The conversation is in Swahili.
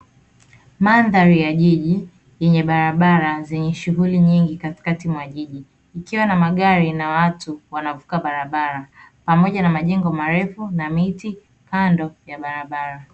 Mandhari ya jiji yenye barabara zenye shughuli nyingi katikati mwa jiji, ikiwa na magari na watu wanaovuka barabara pamoja na majengo marefu na miti kando ya barabara.